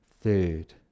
third